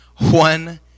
one